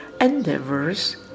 endeavors